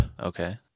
Okay